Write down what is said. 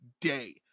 day